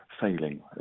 failing